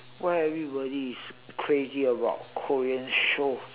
why everybody is crazy about korean show